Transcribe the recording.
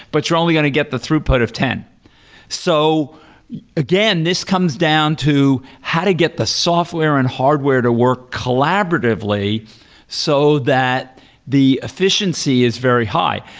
but you're only going to get the throughput of ten point so again, this comes down to how to get the software and hardware to work collaboratively so that the efficiency is very high.